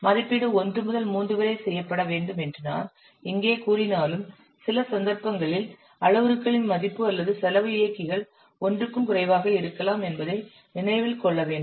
மதிப்பீடு ஒன்று முதல் மூன்று வரை செய்யப்பட வேண்டும் என்று நான் இங்கே கூறினாலும் சில சந்தர்ப்பங்களில் அளவுருக்களின் மதிப்பு அல்லது செலவு இயக்கிகள் 1 க்கும் குறைவாக இருக்கலாம் என்பதை நினைவில் கொள்ள வேண்டும்